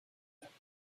werden